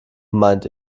meint